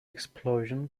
explosion